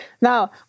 Now